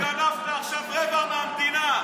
אתה גנבת עכשיו רבע מהמדינה.